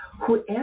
whoever